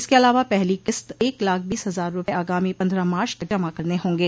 इसके अलावा पहली किस्त एक लाख बीस हजार रूपये आगामी पन्द्रह मार्च तक जमा करने होंगे